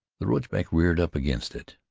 the roachback reared up against it.